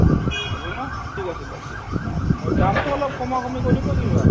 হব নহ্ ঠিক আছে দিয়ক ঠিক আছে দামটো অলপ কমোৱা কমোই কৰিব কিবা